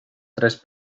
tres